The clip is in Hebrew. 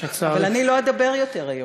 אבל אני לא אדבר יותר היום.